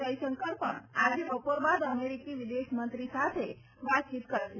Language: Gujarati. જયશંકર પણ આજે બપોર બાદ અમેરિકી વિદેશમંત્રી સાથે વાતચીત કરશે